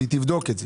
והיא תבדוק את זה